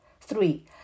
Three